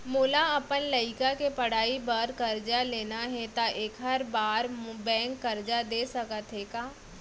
मोला अपन लइका के पढ़ई बर करजा लेना हे, त एखर बार बैंक करजा दे सकत हे का?